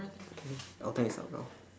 okay oh time's up now